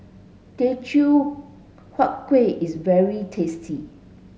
Teochew Huat Kuih is very tasty